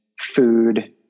food